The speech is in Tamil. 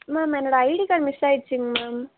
மேம் என்னோட ஐடி கார்டு மிஸ் ஆயிடிச்சுங்க மேம்